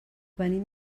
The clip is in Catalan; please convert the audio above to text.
venim